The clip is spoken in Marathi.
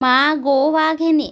मागोवा घेणे